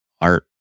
art